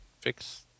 fix